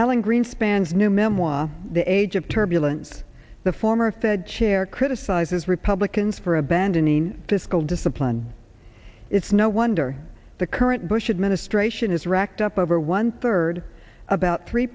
alan greenspan's new memoir the age of turbulence the former fed chair criticizes republicans for abandoning fiscal discipline it's no wonder the current bush administration has racked up over one third about three